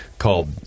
called